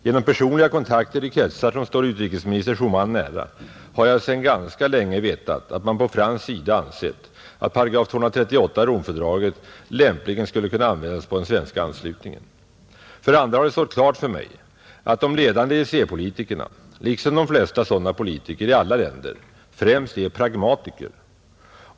Genom personliga kontakter i kretsar som står utrikesminister Schumann nära har jag sedan ganska länge vetat att man på fransk sida ansett att § 238 i Romfördraget lämpligen skulle kunna användas på den svenska anslutningen. För det andra har det stått klart för mig att de ledande EEC-politikerna, liksom de flesta sådana politiker i alla länder, främst är pragmatiker.